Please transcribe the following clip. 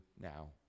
now